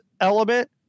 element